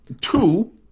Two